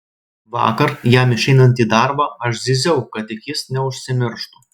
vakar jam išeinant į darbą aš zyziau kad tik jis neužsimirštų